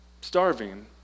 starving